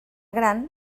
gran